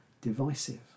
divisive